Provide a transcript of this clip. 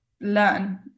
learn